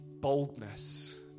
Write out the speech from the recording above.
boldness